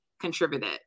contributed